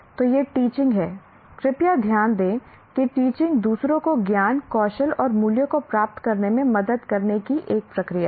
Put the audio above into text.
तो यह टीचिंग है कृपया ध्यान दें कि टीचिंग दूसरों को ज्ञान कौशल और मूल्यों को प्राप्त करने में मदद करने की एक प्रक्रिया है